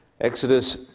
Exodus